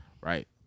right